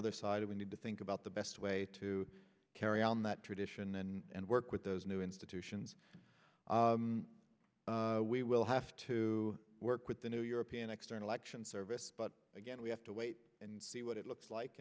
other side we need to think about the best way to carry on that tradition and work with those new institutions we will have to work with the new european external action service but again we have to wait and see what it looks like